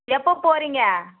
எப்போ போகிறீங்க